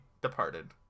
departed